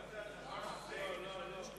מה זה "הדבר הזה"?